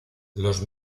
los